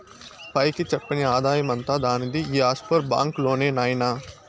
పైకి చెప్పని ఆదాయమంతా దానిది ఈ ఆఫ్షోర్ బాంక్ లోనే నాయినా